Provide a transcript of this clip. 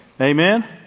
Amen